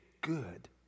good